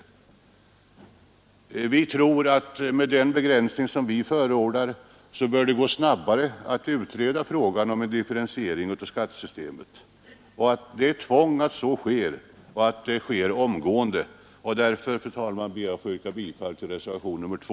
Med den begränsning vi förordar bör det gå snabbare att utreda frågan Nr 115 om en differentiering av skattesystemet. Det är en tvingande nödvändighet att så sker och att det sker omgående Därför, fru talman, ber jag att få yrka bifall till reservationen 2.